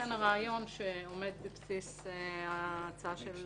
הרעיון שעומד בבסיס ההצעה של